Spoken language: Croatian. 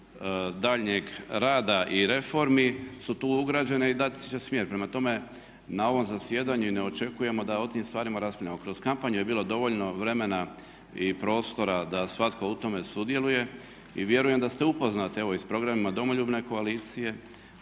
daljnjeg rada i reformi su tu ugrađene i dati će smjer. Prema tome, na ovom zasjedanju i ne očekujemo da o tim stvarima raspravljamo. Kroz kampanju je bilo dovoljno vremena i prostora da svatko u tome sudjeluje. I vjerujem da ste upoznati evo i s programima Domoljubne koalicije,